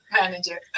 manager